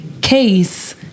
case